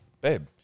Babe